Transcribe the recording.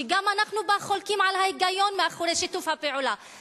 שבה אנחנו גם חולקים על ההיגיון מאחורי שיתוף הפעולה,